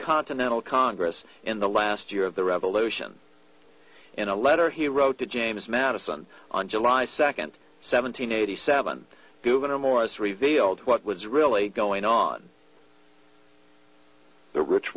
continental congress in the last year of the revolution in a letter he wrote to james madison on july second seventeen eighty seven gouverneur morris revealed what was really going on the rich